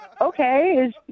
Okay